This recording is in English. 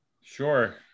sure